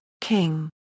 king